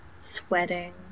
sweating